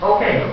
Okay